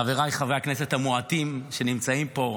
חבריי חברי הכנסת המועטים שנמצאים פה,